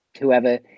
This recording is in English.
whoever